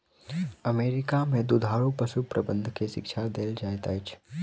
America में दुधारू पशु प्रबंधन के शिक्षा देल जाइत अछि